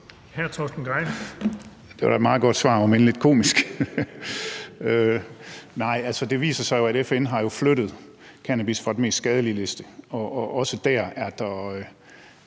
16:43 Torsten Gejl (ALT): Det var da et meget godt svar – om end lidt komisk. Nej, altså, det viser sig jo, at FN har flyttet cannabis fra den mest skadelige liste, så også dér er der